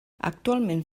actualment